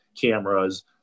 cameras